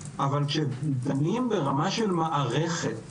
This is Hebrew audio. אבל כשדנים ברמה של מערכת,